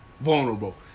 vulnerable